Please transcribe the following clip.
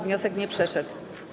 Wniosek nie przeszedł.